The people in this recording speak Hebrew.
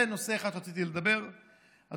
זה נושא אחד שרציתי לדבר עליו.